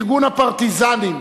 ארגון הפרטיזנים,